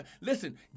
Listen